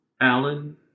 alan